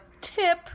tip